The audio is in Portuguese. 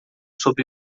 sob